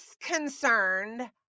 concerned